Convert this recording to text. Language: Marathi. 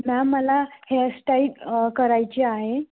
मॅम मला हेअस्टाई करायची आहे